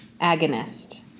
agonist